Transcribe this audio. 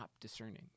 discerning